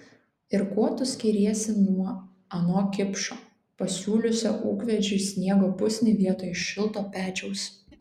ir kuo tu skiriesi nuo ano kipšo pasiūliusio ūkvedžiui sniego pusnį vietoj šilto pečiaus